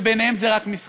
שבעיניהם זה רק משחק.